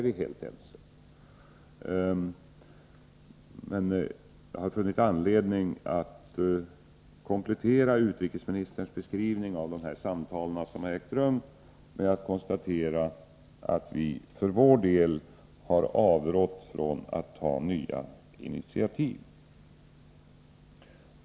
Men jag har funnit anledning att komplettera utrikesministerns beskrivning av de samtal som har ägt rum med att konstatera att vi för vår del har avrått från att ta nya initiativ.